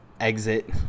exit